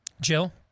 Jill